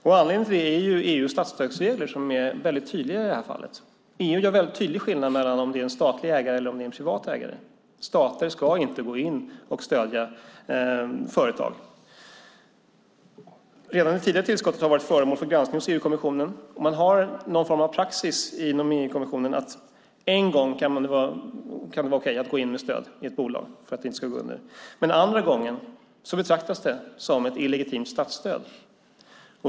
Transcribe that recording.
Anledningen till det är ju EU:s statsstödsregler som är väldigt tydliga i det här fallet. EU gör väldigt tydlig skillnad mellan om det är en statlig ägare eller om det är en privat ägare. Stater ska inte gå in och stödja företag. Redan det tidigare tillskottet har varit föremål för granskning hos EU-kommissionen. Man har någon form av praxis inom EU-kommissionen. En gång kan det vara okej att gå in med stöd i ett bolag för att det inte ska gå under, men andra gången betraktas det som ett illegitimt statsstöd.